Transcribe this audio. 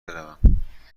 برم